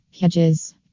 Hedges